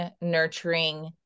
nurturing